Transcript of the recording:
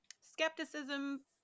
skepticism